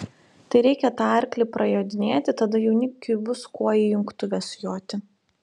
tai reikia tą arklį prajodinėti tada jaunikiui bus kuo į jungtuves joti